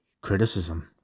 criticism